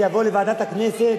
זה יבוא לוועדת הכנסת,